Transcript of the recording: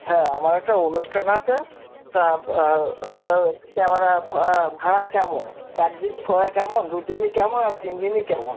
হ্যাঁ আমার একটা অনুষ্ঠান আছে তা আপনার ক্যামেরা ভাড়া কেমন এক দিনই করাই কেমন দু দিনই কেমন আর তিন দিনই কেমন